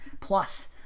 Plus